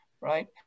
right